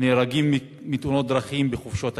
נהרגים בתאונות דרכים בחופשות הקיץ.